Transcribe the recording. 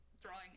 drawing